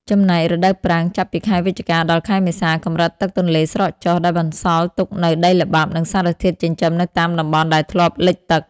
ចំណែក រដូវប្រាំង ចាប់ពីខែវិច្ឆិកា ដល់ ខែមេសា កម្រិតទឹកទន្លេស្រកចុះ ដែលបន្សល់ទុកនូវដីល្បាប់ និងសារធាតុចិញ្ចឹមនៅតាមតំបន់ដែលធ្លាប់លិចទឹក។